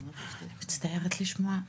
אני מצטערת לשמוע,